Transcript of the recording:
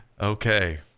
Okay